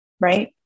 right